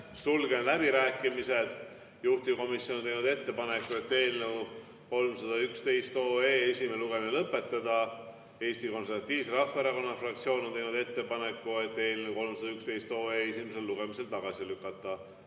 Sulgen läbirääkimised. Juhtivkomisjon on teinud ettepaneku eelnõu 311 esimene lugemine lõpetada. Eesti Konservatiivse Rahvaerakonna fraktsioon on teinud ettepaneku eelnõu 311 esimesel lugemisel tagasi lükata.